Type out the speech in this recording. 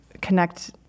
connect